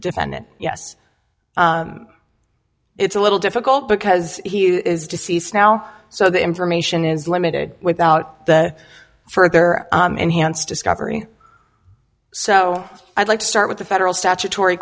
defendant yes it's a little difficult because he is deceased now so the information is limited without the further enhanced discovery so i'd like to start with the federal statutory